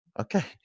Okay